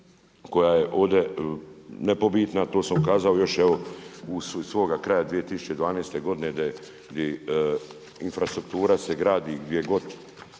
koja je ovdje nepobitna a to sam ukazao još evo iz svoga kraja 2012. godine gdje infrastruktura se gradi gdje god